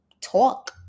talk